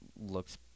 looks